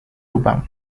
lubang